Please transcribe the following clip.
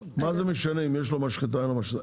מה זה משנה אם יש לו משחטה או אין לו משחטה?